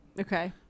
Okay